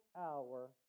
hour